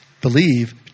believe